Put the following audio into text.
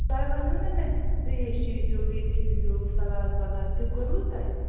تۄہہِ ؤنٮ۪و نا مےٚ ترٛیش چیٚزیٚو بیٚیہِ کھیٚزیٚو سَلاد وَلاد تہِ کوٚروٕ تۄہہِ